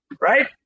right